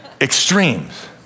Extremes